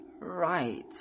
Right